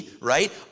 right